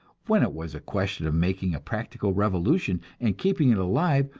when it was a question of making a practical revolution and keeping it alive,